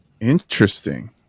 Interesting